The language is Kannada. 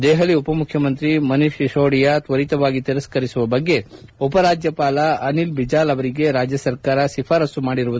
ದೆಹಲಿ ಉಪಮುಖ್ಯಮಂತ್ರಿ ಮನೀಶ್ ಸಿಶೋಡಿಯಾ ತ್ವರಿತವಾಗಿ ತಿರಸ್ಕರಿಸುವ ಬಗ್ಗೆ ಉಪರಾಜ್ಯಪಾಲ ಅನಿಲ್ ಬಿಜಾಲ್ ಅವರಿಗೆ ರಾಜ್ಯ ಸರ್ಕಾರ ಶಿಫಾರಸ್ತು ಮಾಡಿರುವುದಾಗಿ ತಿಳಿಸಿದರು